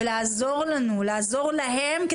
ולעזור לנו לעזור להם,